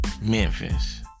Memphis